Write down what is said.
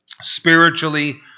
Spiritually